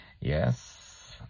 Yes